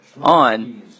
on